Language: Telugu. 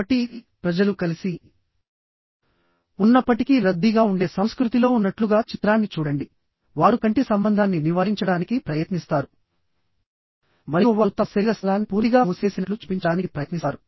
కాబట్టి ప్రజలు కలిసి ఉన్నప్పటికీ రద్దీగా ఉండే సంస్కృతిలో ఉన్నట్లుగా చిత్రాన్ని చూడండి వారు కంటి సంబంధాన్ని నివారించడానికి ప్రయత్నిస్తారు మరియు వారు తమ శరీర స్థలాన్ని పూర్తిగా మూసివేసినట్లు చూపించడానికి ప్రయత్నిస్తారు